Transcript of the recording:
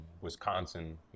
Wisconsin